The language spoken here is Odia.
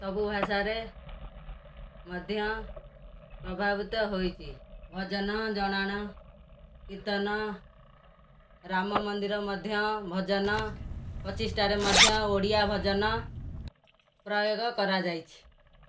ସବୁ ଭାଷାରେ ମଧ୍ୟ ପ୍ରଭାବିତ ହେଇଛି ଭଜନ ଜଣାଣ କୀର୍ତ୍ତନ ରାମ ମନ୍ଦିର ମଧ୍ୟ ଭଜନ ପ୍ରତିଷ୍ଠାରେ ମଧ୍ୟ ଓଡ଼ିଆ ଭଜନ ପ୍ରୟୋଗ କରାଯାଇଛି